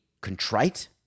contrite